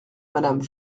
madame